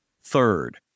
Third